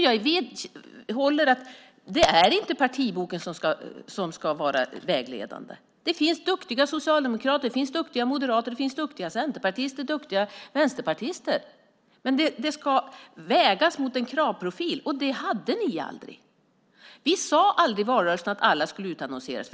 Jag vidhåller att det inte är partiboken som ska vara vägledande. Det finns duktiga socialdemokrater. Det finns duktiga moderater. Det finns duktiga centerpartister och duktiga vänsterpartister. Men det ska vägas mot en kravprofil, och det hade ni aldrig. Vi sade aldrig i valrörelsen att alla tjänster skulle utannonseras.